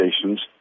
stations